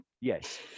Yes